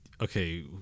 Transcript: okay